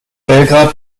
belgrad